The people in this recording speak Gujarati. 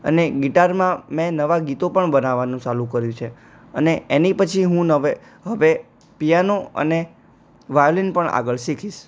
અને ગિટારમાં મે નવાં ગીતો પણ બનાવવાનું ચાલું કર્યું છે અને એની પછી હું નવે હવે પિયાનો અને વાયોલિન પણ આગળ શીખીશ